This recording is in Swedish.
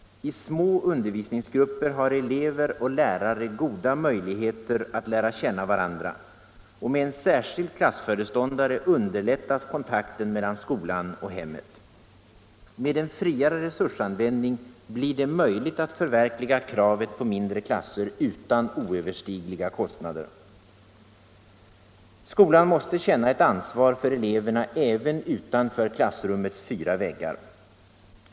I små undervisningsgrupper har elever och lärare goda möjligheter att lära känna varandra, och med en särskild klassföreståndare underlättas kontakten mellan skolan och hemmet. Med en friare resursanvändning blir det möjligt att förverkliga kravet på mindre klasser utan oöverstigliga kostnader. Skolan måste känna ett ansvar för eleverna även utanför klassrummets fyra väggar.